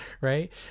right